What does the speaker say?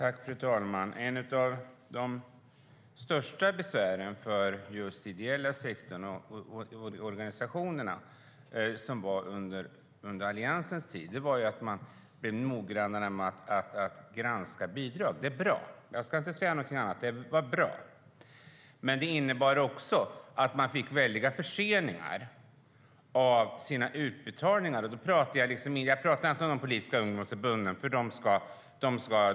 Fru talman! Ett av de största besvären för just den ideella sektorn och organisationerna som var under Alliansens tid var att man blev noggrannare med att granska bidrag. Jag ska inte säga någonting annat än att det var bra. Men det innebar också att man fick väldiga förseningar av sina utbetalningar. Jag talar då inte om de politiska ungdomsförbunden.